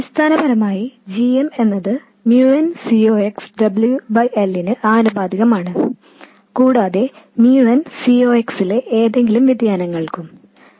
അടിസ്ഥാനപരമായി gm എന്നത് mu n C ox W L നും കൂടാതെ mu n C ലെ ഏതെങ്കിലും വ്യതിയാനങ്ങൾക്കും ആനുപാതികമാണ്